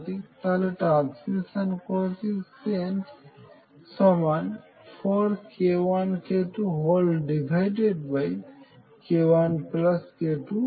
তাহলে transmission coefficient 4k1k2 k1k22